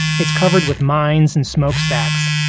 it's covered with mines and smokestacks